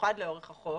במיוחד לאורך החוף,